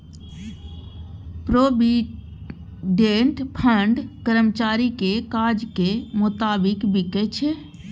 provident fund कर्मचारीक काजक मोताबिक बिकै छै